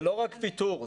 זה לא רק ויתור,